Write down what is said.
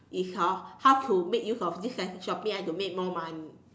is hor how to make use of this shopping I have to make more money